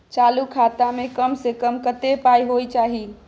चालू खाता में कम से कम कत्ते पाई होय चाही?